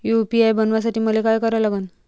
UPI बनवासाठी मले काय करा लागन?